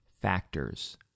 factors